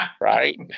Right